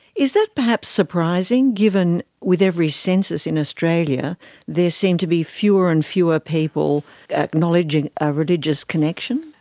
is that perhaps surprising, given with every census in australia there seem to be fewer and fewer people acknowledging a religious connection?